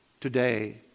today